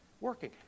working